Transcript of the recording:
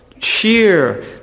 cheer